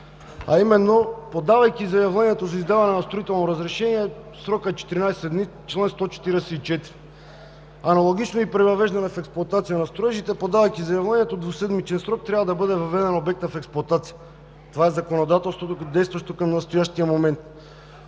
а именно, подавайки заявлението за издаване на строително разрешение срокът е 14 дни – чл. 144. Аналогично е и при въвеждане в експлоатация на строежите – подавайки заявлението в двуседмичен срок, обектът трябва да бъде въведен в експлоатация. Това е законодателството, действащо към настоящия момент.